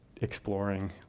exploring